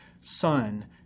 son